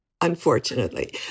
Unfortunately